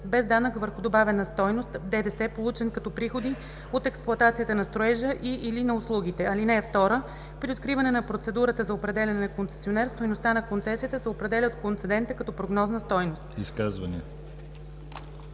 без данък върху добавената стойност (ДДС), получен като приходи от експлоатацията на строежа и/или на услугите. (2) При откриване на процедурата за определяне на концесионер стойността на концесията се определя от концедента като прогнозна стойност.“